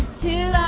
to